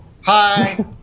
Hi